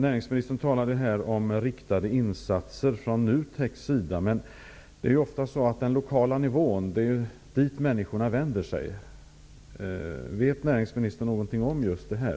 Näringsministern talade om riktade insatser från NUTEK. Men människorna vänder sig ofta till den lokala nivån. Vet näringsministern något om just detta?